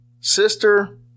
Sister